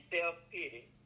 self-pity